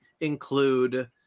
include